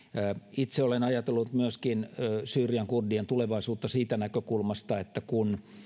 itse olen ajatellut syyrian kurdien tulevaisuutta myöskin siitä näkökulmasta että kun on